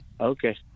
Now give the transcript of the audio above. Okay